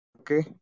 okay